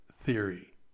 theory